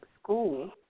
school